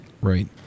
right